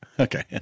Okay